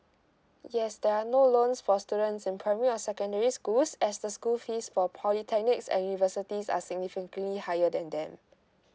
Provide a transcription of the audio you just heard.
yes there are no loans for students in primary or secondary schools as the school fees for polytechnics and universities are significantly higher than them